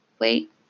wait